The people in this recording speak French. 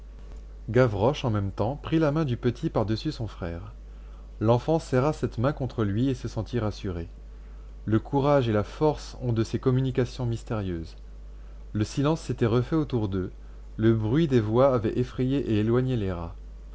gavroche en même temps prit la main du petit par-dessus son frère l'enfant serra cette main contre lui et se sentit rassuré le courage et la force ont de ces communications mystérieuses le silence s'était refait autour d'eux le bruit des voix avait effrayé et éloigné les rats